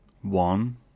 one